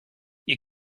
you